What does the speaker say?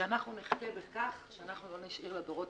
שאנחנו נחטא בכך שאנחנו לא נשאיר לדורות